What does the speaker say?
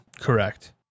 Correct